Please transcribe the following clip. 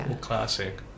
Classic